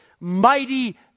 mighty